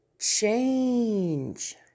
change